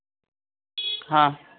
हाँ